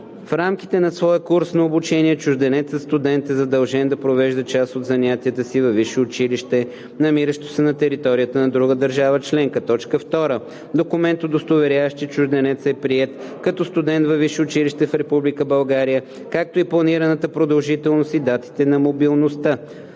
в рамките на своя курс на обучение чужденецът студент е задължен да провежда част от занятията във висше училище, намиращо се на територията на друга държава членка; 2. документ, удостоверяващ, че чужденецът е приет като студент във висше училище в Република България, както и планираната продължителност и датите на мобилността;